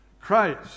Christ